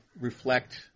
reflect